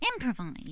improvise